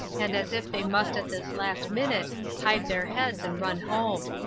and as if they must at this last minute hide their heads and run home.